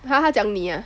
!huh! 他讲你